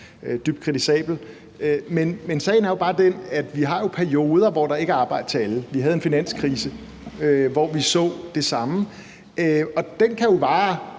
Men sagen er jo bare den, at vi har perioder, hvor der ikke er arbejde til alle. Vi havde en finanskrise, hvor vi så det samme, og den kan jo vare